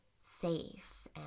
safe